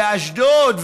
ואשדוד,